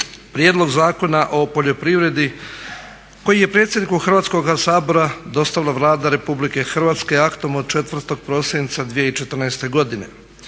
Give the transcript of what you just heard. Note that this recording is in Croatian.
Prijedlog zakona o poljoprivredi koji je predsjedniku Hrvatskoga sabora dostavila Vlada Republike Hrvatske aktom od 4. prosinca 2014. godine.